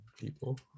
people